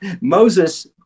Moses